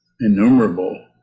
innumerable